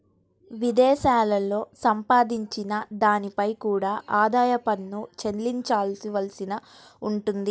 విదేశాలలో సంపాదించిన దానిపై కూడా ఆదాయ పన్ను చెల్లించవలసి ఉంటుంది